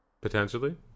potentially